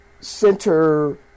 center